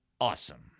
awesome